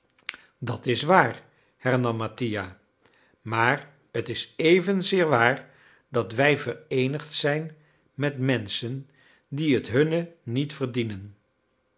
dat is waar hernam mattia maar t is evenzeer waar dat wij vereenigd zijn met menschen die het hunne niet verdienen